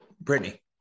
Brittany